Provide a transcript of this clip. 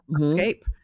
escape